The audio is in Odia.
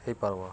ହେଇପାର୍ବା